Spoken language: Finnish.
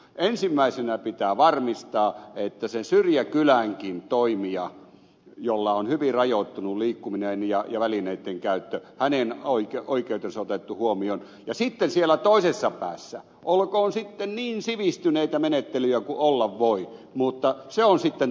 ensimmäisenä pitää varmistaa että sen syrjäkylänkin toimijan jolla on hyvin rajoittunut liikkuminen ja välineittenkäyttö oikeudet on otettu huomioon ja siellä toisessa päässä olkoon niin sivistyneitä menettelyjä kuin olla voi mutta se on sitten toinen juttu